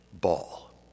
ball